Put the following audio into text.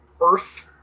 earth